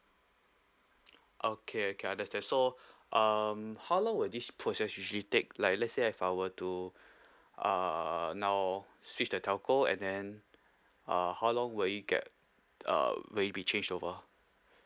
okay K understand so um how long will this process usually take like let's say if I were to uh now switch the telco and then uh how long will it get uh will it be changed over